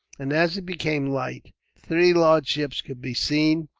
and as it became light, three large ships could be seen,